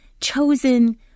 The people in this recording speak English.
chosen